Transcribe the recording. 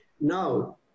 Now